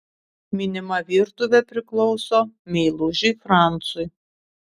minima virtuvė priklauso meilužiui francui